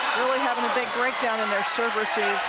really having a big break down in their serve